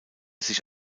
sich